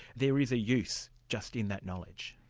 there is a use, just in that knowledge.